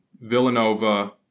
Villanova